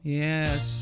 yes